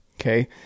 okay